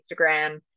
Instagram